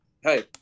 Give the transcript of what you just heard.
hey